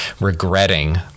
regretting